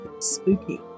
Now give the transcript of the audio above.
spooky